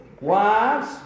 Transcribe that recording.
Wives